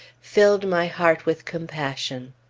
filled my heart with compassion.